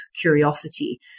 curiosity